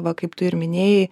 va kaip tu ir minėjai